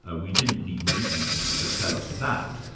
ah we didn't need newton to tell us that.